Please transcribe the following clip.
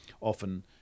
often